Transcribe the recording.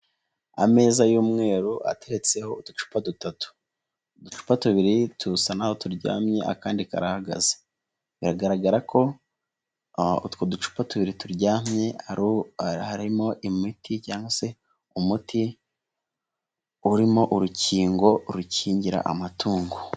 Ameza y'umweru ateretseho uducupa dutatu, uducupa tubiri tusa n'aho turyamye, akandi karahagaze, biragaragara ko utwo ducupa tubiri turyamye, harimo imiti cyangwa se umuti urimo urukingo rukingira amatungo.